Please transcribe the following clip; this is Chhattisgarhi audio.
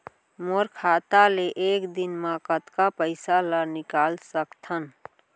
मोर खाता ले एक दिन म कतका पइसा ल निकल सकथन?